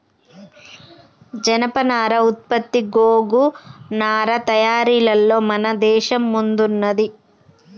జనపనార ఉత్పత్తి గోగు నారా తయారీలలో మన దేశం ముందున్నది